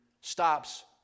stops